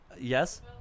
yes